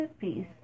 peace